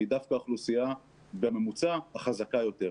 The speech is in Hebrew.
הם דווקא האוכלוסייה בממוצע החזקה יותר.